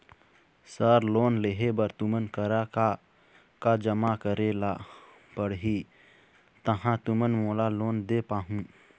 Sir loan लेहे बर तुमन करा का का जमा करें ला पड़ही तहाँ तुमन मोला लोन दे पाहुं?